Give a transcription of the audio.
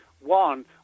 One